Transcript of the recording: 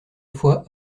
fois